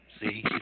See